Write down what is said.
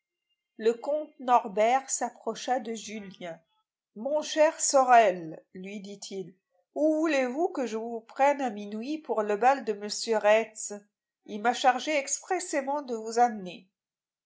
le comte norbert s'approcha de julien mon cher sorel lui dit-il où voulez-vous que je vous prenne à minuit pour le bal de m de retz il m'a chargé expressément de vous amener